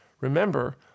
remember